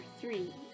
Three